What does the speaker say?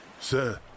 Sir